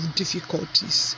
difficulties